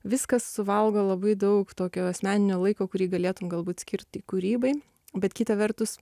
viskas suvalgo labai daug tokio asmeninio laiko kurį galėtum galbūt skirti kūrybai bet kita vertus